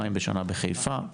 פעמיים בשנה בחיפה,